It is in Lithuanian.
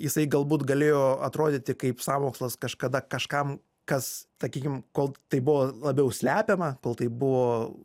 jisai galbūt galėjo atrodyti kaip sąmokslas kažkada kažkam kas sakykim kol tai buvo labiau slepiama kol tai buvo